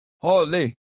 holy